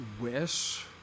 wish